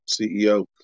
CEO